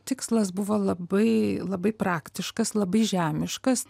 tikslas buvo labai labai praktiškas labai žemiškas